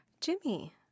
Jimmy